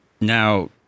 now